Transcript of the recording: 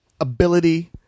ability